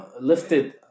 lifted